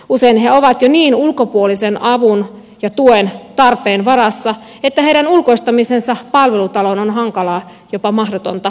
usein he ovat jo niin ulkopuolisen avun ja tuen tarpeessa että heidän ulkoistamisensa palvelutaloon on hankalaa jopa mahdotonta